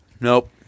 Nope